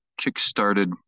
kick-started